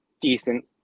decent